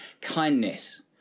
kindness